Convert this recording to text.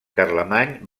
carlemany